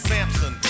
Samson